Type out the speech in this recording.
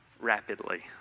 rapidly